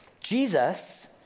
Jesus